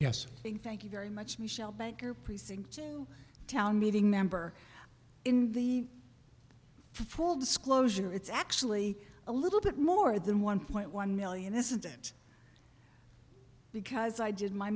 yes thank thank you very much michel banker precinct town meeting member in the full disclosure it's actually a little bit more than one point one million this isn't because i did my